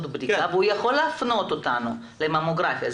בדיקה והוא יכול להפנות אותנו לממוגרפיה.